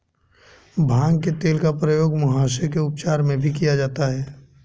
भांग के तेल का प्रयोग मुहासे के उपचार में भी किया जाता है